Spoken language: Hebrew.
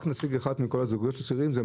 רק נציג אחד מכל הזוגות הצעירים?